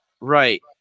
right